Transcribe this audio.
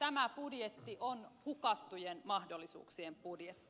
tämä budjetti on hukattujen mahdollisuuksien budjetti